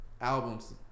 albums